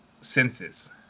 senses